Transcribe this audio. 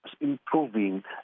improving